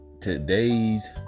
Today's